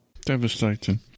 devastating